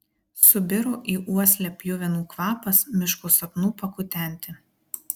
subiro į uoslę pjuvenų kvapas miško sapnų pakutenti